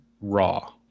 raw